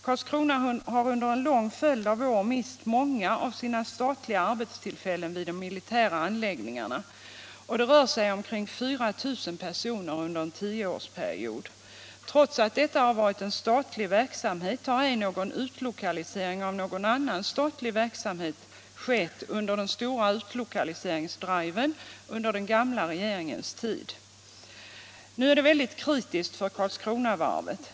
Karlskrona har under en lång följd av år mist många av de statliga arbetstillfällena vid militära anläggningar. Det rör sig om ca 4 000 personer under en tioårsperiod. Trots att detta har varit en statlig verksamhet har ej någon utlokalisering av någon annan statlig verksamhet skett under den stora utlokaliseringsdriven under den gamla regeringens tid. Nu är det kritiskt för Karlskronavarvet.